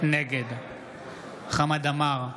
נגד חמד עמאר,